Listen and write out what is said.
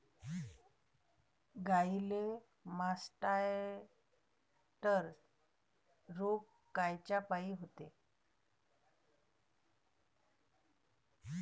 गाईले मासटायटय रोग कायच्यापाई होते?